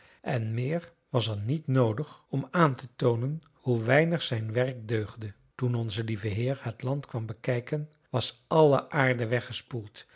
en meer was er niet noodig om aan te toonen hoe weinig zijn werk deugde toen onze lieve heer het land kwam bekijken was alle aarde weggespoeld